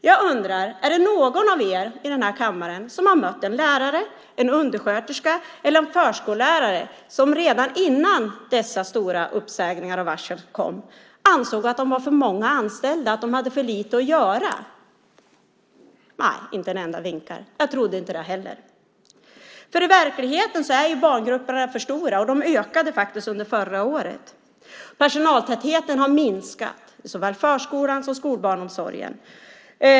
Jag undrar: Är det någon av er i denna kammare som har mött en lärare, en undersköterska eller en förskollärare som redan innan dessa stora uppsägningar och varsel kom ansåg att de var för många anställda och att de hade för lite att göra? Nej, inte en enda vinkar. Jag trodde inte det heller. I verkligheten är barngrupperna för stora, och de ökade faktiskt under förra året. Personaltätheten har minskat i såväl förskolan som i skolbarnsomsorgen.